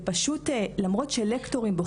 ופשוט, למרות שלקטורים בכל הסרטים.